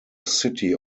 city